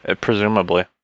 Presumably